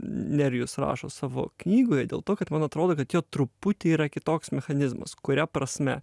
nerijus rašo savo knygoje dėl to kad man atrodo kad jo truputį yra kitoks mechanizmas kuria prasme